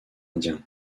indien